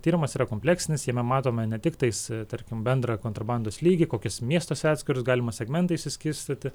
tyrimas yra kompleksinis jame matome ne tiktais tarkim bendrą kontrabandos lygį kokiuose miestuose atskirus galima segmentais išsiskirstyti